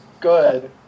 good